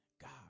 God